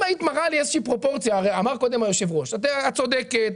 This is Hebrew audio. קודם היושב-ראש אמר הרי את צודקת,